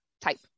type